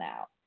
out